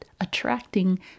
attracting